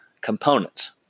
components